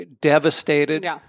devastated